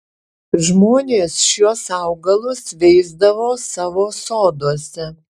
žmonės šiuos augalus veisdavo savo soduose